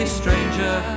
stranger